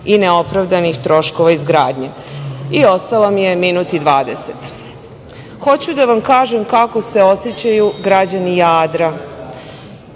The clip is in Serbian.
i neopravdanih troškova izgradnje. I ostao mi je minut i 20 sekundi. Hoću da vam kažem kako se osećaju građani Jadra.